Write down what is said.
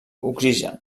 oxigen